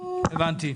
תודה.